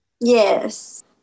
Yes